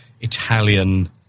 Italian